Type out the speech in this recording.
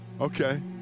Okay